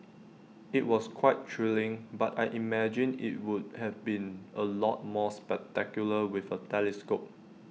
IT was quite thrilling but I imagine IT would have been A lot more spectacular with A telescope